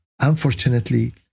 unfortunately